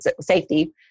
safety